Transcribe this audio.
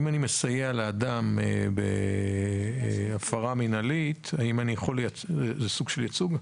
מסייע לאדם בהפרה מינהלית, האם זה סוג של ייצוג?